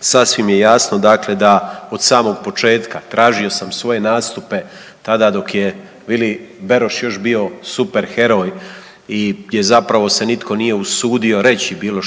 sasvim je jasno dakle da od samog početka tražio sam svoje nastupe tada dok je Vili Beroš još bio super heroj i zapravo se nitko nije usudio reći bilo